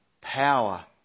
power